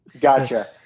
Gotcha